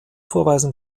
vorweisen